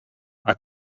are